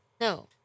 No